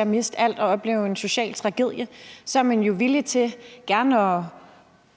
at miste alt og oplever en social tragedie, så er man jo villig til at